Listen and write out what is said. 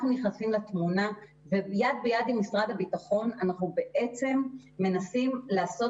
אנחנו נכנסים לתמונה ויד ביד עם משרד הביטחון אנחנו בעצם מנסים לעשות